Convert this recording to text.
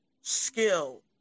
skill